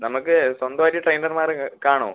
നമ്മൾക്ക് സ്വന്തമായിട്ട് ട്രെയിനർമാർ കാണുമോ